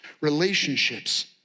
relationships